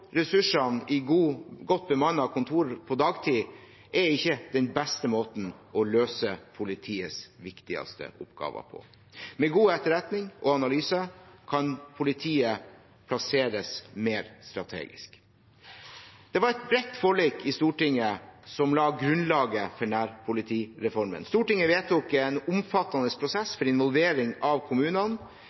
ressursene i godt bemannede kontor på dagtid er ikke den beste måten å løse politiets viktigste oppgaver på. Med god etterretning og analyse kan politiet plasseres mer strategisk. Det var et bredt forlik i Stortinget som la grunnlaget for nærpolitireformen. Stortinget vedtok en omfattende prosess for involvering av kommunene